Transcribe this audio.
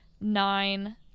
nine